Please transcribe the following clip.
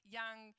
young